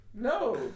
No